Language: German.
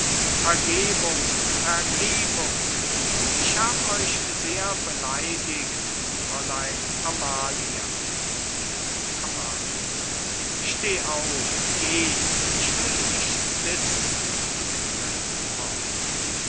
vergebung vergebung ich hab euch sehr beleidigt fräulein amalia amalia steh auf geh ich will nichts wissen